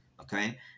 Okay